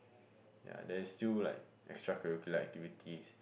ya there's still like extra curricular activities